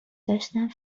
داشتم